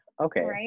Okay